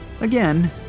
again